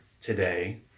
today